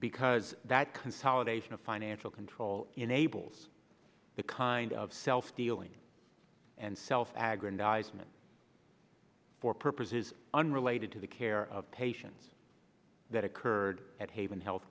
because that consolidation of financial control enables the kind of self dealing and self aggrandizement for purposes unrelated to the care of patients that occurred at haven health